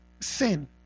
sin